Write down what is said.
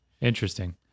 Interesting